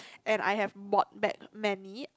and I have bought back many